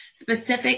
specific